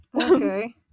Okay